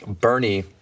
Bernie